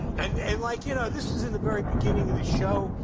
and and like, you know, this is in the very beginning of the show.